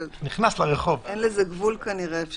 אבל אין לזה גבול כנראה,